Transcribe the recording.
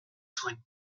zuen